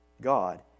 God